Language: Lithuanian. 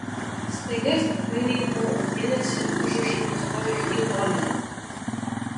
staiga stiklainiai nuo uogienės ir užrašai nustojo jį dominę